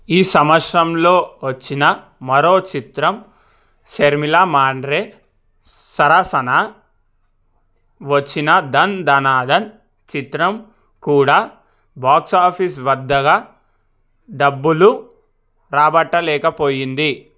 ఈ సంవత్సరంలో వచ్చిన మరో చిత్రం శర్మిలా మాండ్రే సరసన వచ్చిన ధన్ ధనా ధన్ చిత్రం కూడా బాక్సాఫీస్ వద్ద డబ్బులు రాబట్టలేకపోయింది